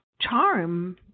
charm